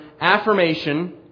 affirmation